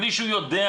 בלי שהוא יודע,